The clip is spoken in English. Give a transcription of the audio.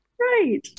right